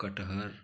कटहल